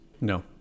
No